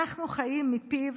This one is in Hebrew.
אנחנו חיים מפיו